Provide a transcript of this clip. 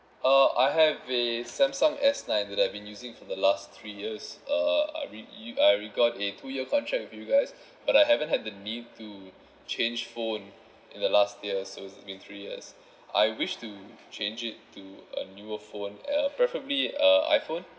uh I have a samsung S nine that I've been using for the last three years uh re~ you I already got a two year contract with you guys but I haven't had the need to change phone in the last year so it's been three years I wish to change it to a newer phone uh preferably a iphone